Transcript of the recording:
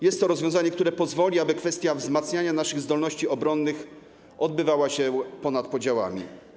Jest to rozwiązanie, które pozwoli na to, aby kwestia wzmacniania naszych zdolności obronnych obywała się ponad podziałami.